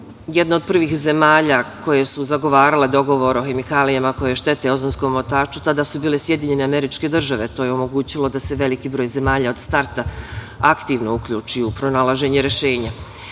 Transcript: od prvih zemalja koje su zagovarale dogovor o hemikalijama koje štete ozonskom omotaču tada su bile SAD. To je omogućilo da se veliki broj zemalja od starta aktivno uključi u pronalaženje rešenja.